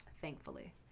thankfully